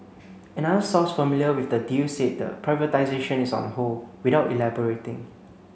another source familiar with the deal said the privatisation is on hold without elaborating